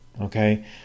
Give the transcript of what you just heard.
okay